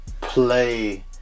Play